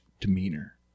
demeanor